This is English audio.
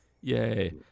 Yay